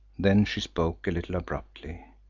then she spoke a little abruptly.